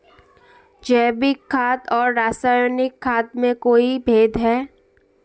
जैविक खाद और रासायनिक खाद में कोई भेद है?